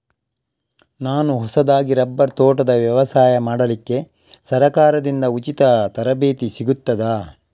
ನಾನು ಹೊಸದಾಗಿ ರಬ್ಬರ್ ತೋಟದ ವ್ಯವಸಾಯ ಮಾಡಲಿಕ್ಕೆ ಸರಕಾರದಿಂದ ಉಚಿತ ತರಬೇತಿ ಸಿಗುತ್ತದಾ?